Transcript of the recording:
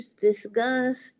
disgust